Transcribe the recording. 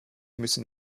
müssen